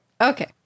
Okay